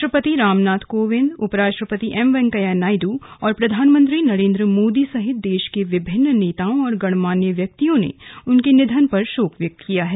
राष्ट्रपति रामनाथ कोविंद उपराष्ट्रपति एमवैंकेया नायडू और प्रधानमंत्री नरेन्द्र मोदी सहित देश के विभिन्न नेताओं और गणमान्य व्यक्तियों ने उनके निधन पर शोक व्यक्त किया है